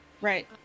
Right